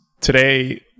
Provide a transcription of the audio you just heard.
Today